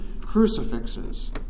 crucifixes